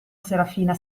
serafina